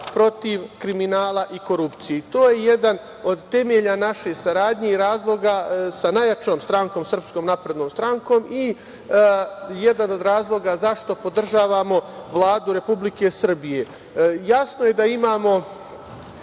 protiv kriminala i korupcije. To je jedan od temelja naše saradnje i razloga sa najjačom strankom SNS i jedan od razloga zašto podržavamo Vladu Republike Srbije. Jasno je da imamo